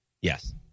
Yes